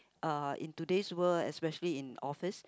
uh in today's world especially in office